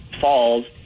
falls